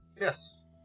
Yes